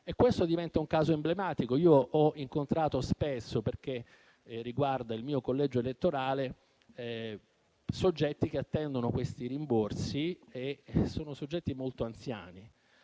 Questo diventa un caso emblematico. Io ho incontrato spesso, perché riguarda il mio collegio elettorale, soggetti che attendono questi rimborsi; sono soggetti molto anziani